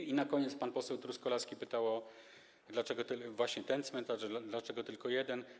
I na koniec pan poseł Truskolaski pytał, dlaczego właśnie ten cmentarz, dlaczego tylko jeden.